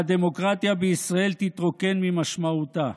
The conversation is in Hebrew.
והדמוקרטיה בישראל תתרוקן ממשמעותה,